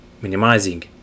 minimizing